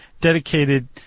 dedicated